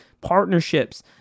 partnerships